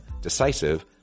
decisive